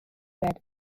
read